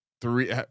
three